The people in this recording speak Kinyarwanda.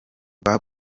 vya